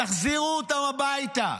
תחזירו אותם הביתה.